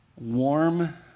warm